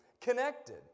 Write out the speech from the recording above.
connected